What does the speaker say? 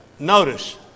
Notice